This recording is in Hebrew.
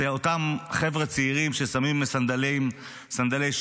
זה אותם חבר'ה צעירים ששמים סנדלי שורש